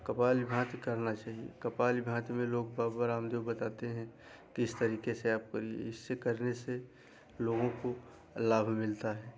कपालभाति करना चाहिए कपालभाति में लोग बाबा रामदेव बताते हैं किस तरीके से आप करें इसे करने से लोगों को लाभ मिलता है